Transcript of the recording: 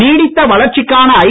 நீடித்த வளர்ச்சிக்கான ஐ